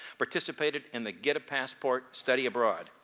participated in the get-a-passport study abroad,